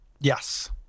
yes